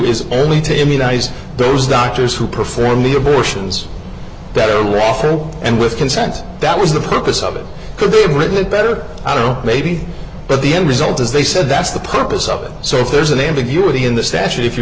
is only to immunize those doctors who perform the abortions better laughter and with consent that was the purpose of it could be written better i don't know maybe but the end result is they said that's the purpose of it so if there's an ambiguity in the statute if you